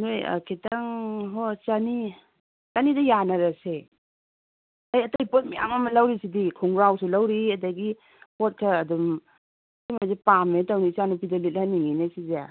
ꯅꯣꯏ ꯈꯤꯇꯪ ꯍꯣ ꯆꯅꯤ ꯆꯅꯤꯗ ꯌꯥꯟꯅꯔꯁꯦ ꯑꯩ ꯑꯇꯩ ꯄꯣꯠ ꯃꯌꯥꯝ ꯑꯃ ꯂꯧꯔꯤꯁꯤꯗꯤ ꯈꯣꯡꯒ꯭ꯔꯥꯎꯁꯨ ꯂꯧꯔꯤ ꯑꯗꯒꯤ ꯄꯣꯠ ꯈꯔ ꯑꯗꯨꯝ ꯁꯤꯃꯗꯤ ꯄꯥꯝꯃꯦ ꯇꯧꯅꯦ ꯏꯆꯥꯅꯨꯄꯤꯗ ꯂꯤꯠꯍꯟꯅꯤꯡꯉꯤꯅꯦ ꯁꯤꯖꯦ